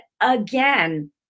again